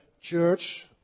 Church